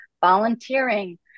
volunteering